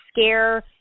scare